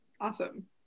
Awesome